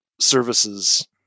services